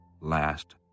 last